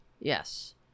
Yes